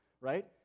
right